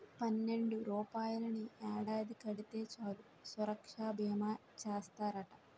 పన్నెండు రూపాయలని ఏడాది కడితే చాలు సురక్షా బీమా చేస్తారట